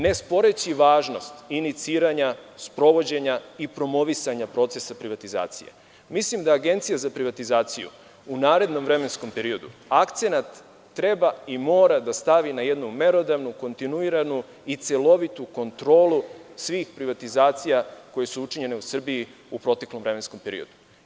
Ne sporeći važnost iniciranja, sprovođenja i promovisanja procesa privatizacije, mislim da Agencija za privatizaciju u narednom vremenskom periodu akcenat treba i mora da stavi na jednu merodavnu, kontinuiranu i celovitu kontrolu svih privatizacija koje su učinjene u Srbiji u proteklom vremenskom periodu.